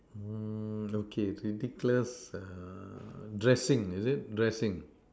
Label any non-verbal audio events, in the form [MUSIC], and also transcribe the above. [NOISE] okay okay it's ridiculous uh dressing is it dressing